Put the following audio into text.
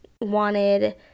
wanted